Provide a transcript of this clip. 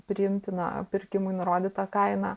priimtiną pirkimui nurodytą kainą